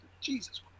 Jesus